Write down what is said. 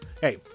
hey